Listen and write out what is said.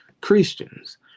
christians